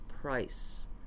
price